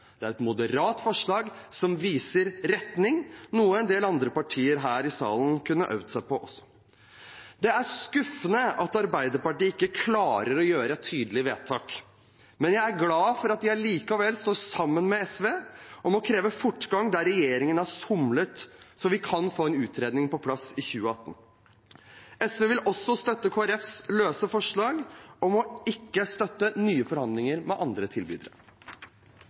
Det er et moderat forslag som viser retning, noe en del andre partier her i salen også kunne øvd seg på. Det er skuffende at Arbeiderpartiet ikke klarer å gjøre et tydelig vedtak, men jeg er glad for at de allikevel står sammen med SV om å kreve fortgang der regjeringen har somlet, så vi kan få en utredning på plass innen 2018. SV vil også støtte Kristelig Folkepartis forslag om ikke å støtte nye forhandlinger med andre tilbydere.